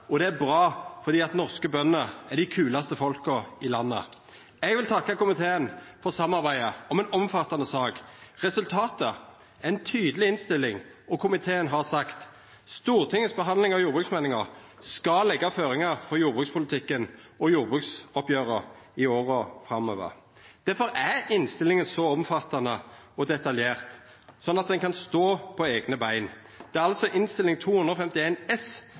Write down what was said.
og det er bra fordi norske bønder er dei kulaste folka i landet. Eg vil takka komiteen for samarbeidet om ei omfattande sak. Resultatet er ei tydeleg innstilling, og komiteen har sagt at «Stortingets behandling av jordbruksmeldingen skal legge føringer for jordbrukspolitikken og jordbruksoppgjørene i årene fremover». Difor er innstillinga så omfattande og detaljert, slik at ho kan stå på eigne bein. Det er altså Innst. 251 S